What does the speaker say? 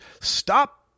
Stop